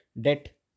debt